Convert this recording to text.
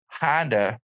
Honda